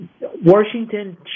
Washington